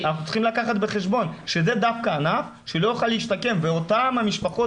אנחנו צריכים לקחת בחשבון שזה דווקא ענף שלא יוכל להשתקם ואותן המשפחות,